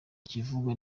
ibivugwa